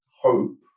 hope